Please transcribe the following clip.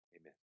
Amen